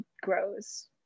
grows